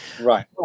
Right